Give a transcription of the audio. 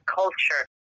culture